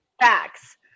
facts